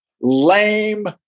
lame